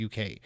UK